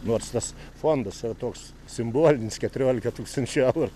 nors tas fondas yra toks simbolinis keturiolika tūkstančių eurų